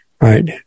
right